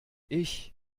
ich